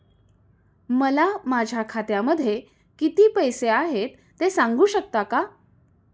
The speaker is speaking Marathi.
मला माझ्या खात्यामध्ये किती पैसे आहेत ते सांगू शकता का?